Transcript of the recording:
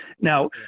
now